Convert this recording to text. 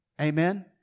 Amen